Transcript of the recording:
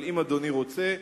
אבל אם אדוני רוצה,